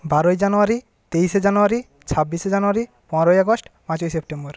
বারোই জানুয়ারী তেইশে জানুয়ারী ছাব্বিশে জানুয়ারী পনেরোই আগস্ট পাঁচই সেপ্টেম্বর